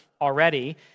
already